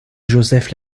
joseph